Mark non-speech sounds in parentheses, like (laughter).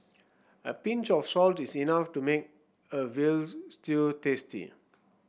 a pinch of salt is enough to make a veal (unintelligible) stew tasty